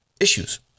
issues